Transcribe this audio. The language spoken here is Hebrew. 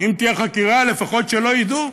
אם תהיה חקירה, לפחות שלא ידעו,